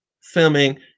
filming